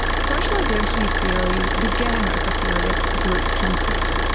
social identity theory began as a theory of group conflict.